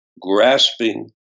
grasping